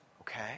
okay